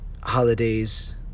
holidays